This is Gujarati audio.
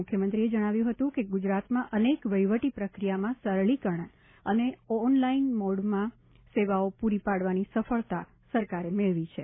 મુખ્યમંત્રીએ જણાવ્યું હતું કે ગુજરાતમાં અનેક વહીવટી પ્રક્રિયામાં સરળીકરણ અને ઓનલાઇન મોડમાં સેવાઓ પૂરી પાડવાની સફળતા સરકારે મેળવી છે